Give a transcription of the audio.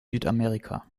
südamerika